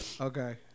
Okay